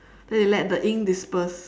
then they let the ink disperse